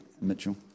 Mitchell